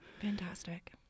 Fantastic